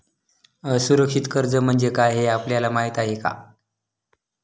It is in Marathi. असुरक्षित कर्ज म्हणजे काय हे आपल्याला माहिती आहे का?